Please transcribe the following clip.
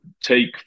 take